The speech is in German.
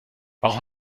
warum